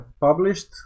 published